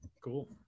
Cool